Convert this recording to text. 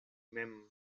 mem